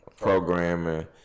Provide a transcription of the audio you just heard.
Programming